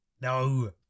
No